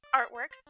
artwork